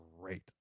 great